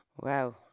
Wow